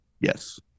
Yes